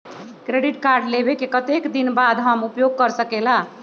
Credit card लेबे के कतेक दिन बाद हम उपयोग कर सकेला?